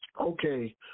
Okay